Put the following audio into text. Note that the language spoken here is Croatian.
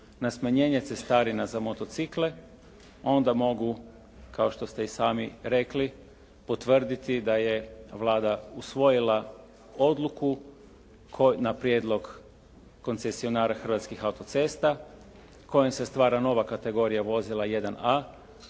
na smanjenje cestarina za motocikle onda mogu kao što ste i sami rekli, potvrditi da je Vlada usvojila odluku na prijedlog koncesionara Hrvatskih autocesta kojom se stvara nova kategorija vozila 1A